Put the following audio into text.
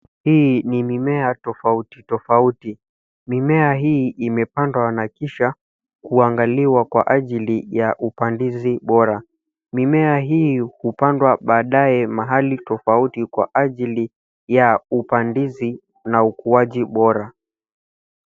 Hii ni mimea tofauti tofauti. Mimea hii imepandwa na kisha kuangaliwa kwa ajili ya upandizi bora. Mimea hii huoandwa baadaye mahali tofautibkwq ajili ya upandizi na ukuaji bora.